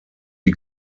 die